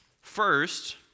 First